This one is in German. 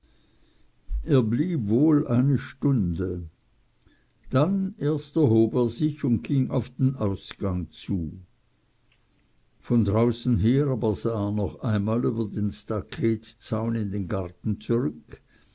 er blieb wohl eine stunde dann erst erhob er sich und ging auf den ausgang zu von draußen her aber sah er noch einmal über den staketzaun in den garten zurück